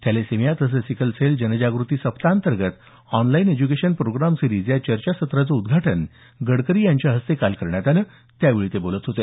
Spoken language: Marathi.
थॅलेसेमिया तसंच सिकलसेल जनजागृती सप्ताहांतर्गत ऑनलाईन एज्युकेशन प्रोग्राम सिरीज या चर्चासत्राचं उद्घाटन गडकरी यांच्या हस्ते काल करण्यात आलं त्यावेळी ते बोलत होते